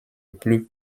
plus